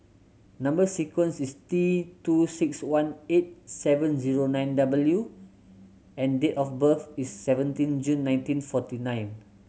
number sequence is T two six one eight seven zero nine W and date of birth is seventeen June nineteen fourteen nine